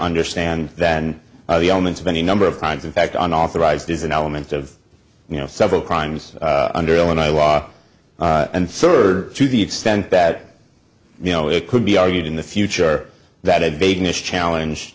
understand than the elements of any number of crimes in fact an authorized is an element of you know several crimes under illinois law and serve to the extent that you know it could be argued in the future that had begun this challenge